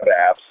apps